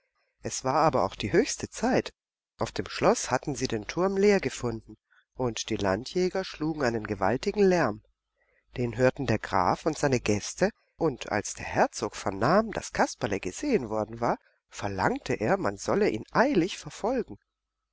es war aber auch die höchste zeit auf dem schloß hatten sie den turm leer gefunden und die landjäger schlugen einen gewaltigen lärm den hörten der graf und seine gäste und als der herzog vernahm daß kasperle gesehen worden war verlangte er man solle ihn eilig verfolgen